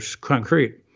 concrete